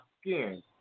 skin